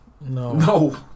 no